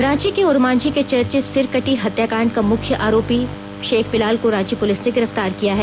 रांची के ओरमांझी के चर्चित सिर कटी हत्याकांड का मुख्य आरोपित शेख बेलाल को रांची पुलिस ने गिरफ्तार किया है